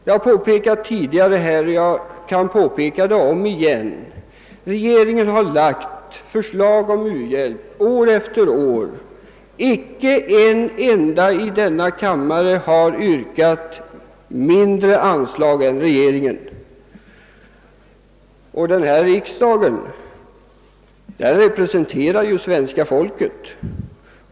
Jag har tidigare påpekat och kan göra det ånyo, att regeringen framlagt förslag om u-hjälp år efter år, men icke en enda i denna kammare har yrkat på mindre anslag än regeringen, och riksdagen representerar ju folket.